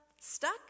stuck